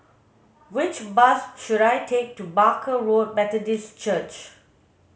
which bus should I take to Barker Road Methodist Church